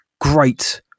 great